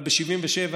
אבל ב-1977,